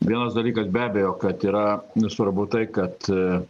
vienas dalykas be abejo kad yra svarbu tai kad